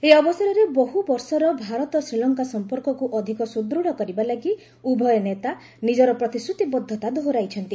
ଏହି ଅବସରରେ ବହୁ ବର୍ଷର ଭାରତ ଶ୍ରୀଲଙ୍କା ସମ୍ପର୍କକୁ ଅଧିକ ସୁଦୃଢ଼ କରିବାଲାଗି ଉଭୟ ନେତା ନିଜର ପ୍ରତିଶ୍ରୁତିବଦ୍ଧତା ଦୋହରାଇଛନ୍ତି